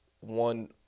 one